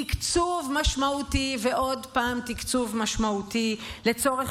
תקצוב משמעותי ועוד פעם תקצוב משמעותי לצורך